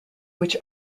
which